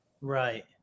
Right